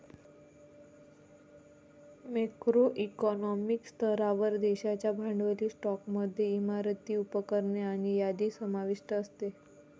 macro economic स्तरावर, देशाच्या भांडवली स्टॉकमध्ये इमारती, उपकरणे आणि यादी समाविष्ट असते